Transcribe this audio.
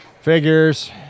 Figures